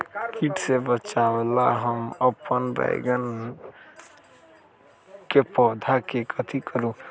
किट से बचावला हम अपन बैंगन के पौधा के कथी करू?